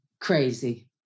Crazy